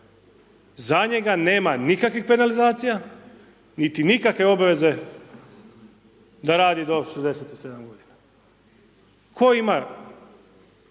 za njega nema nikakvih penalizacija niti nikakve obaveze da radi do 67 g. Tko ima